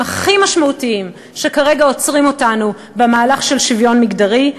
הכי משמעותיים שכרגע עוצרים אותנו במהלך של שוויון מגדרי,